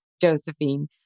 Josephine